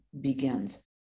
begins